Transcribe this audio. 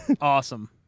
Awesome